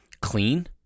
clean